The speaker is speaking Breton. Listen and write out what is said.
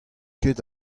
ket